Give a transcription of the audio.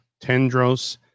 Tendros